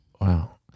Wow